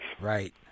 Right